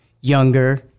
younger